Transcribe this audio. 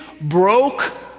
broke